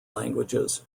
languages